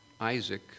Isaac